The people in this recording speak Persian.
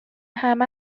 همه